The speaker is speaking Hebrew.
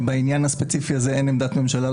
בעניין הספציפי הזה אין עמדת ממשלה,